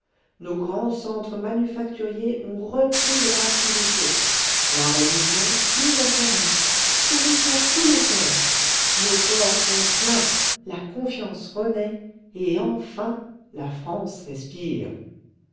nos grands centres manufacturiers ont repris leur activité la religion plus affermie sourit à tous les coeurs nos ports sont pleins la confiance renaît et enfin la france respire